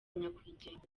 nyakwigendera